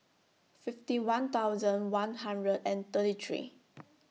fifty one thousand one hundred and thirty three